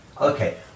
okay